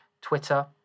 Twitter